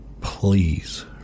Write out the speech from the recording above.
Please